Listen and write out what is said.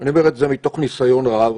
ואני אומר את זה מתוך ניסיון רב.